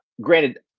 granted